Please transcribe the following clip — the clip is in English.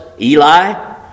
Eli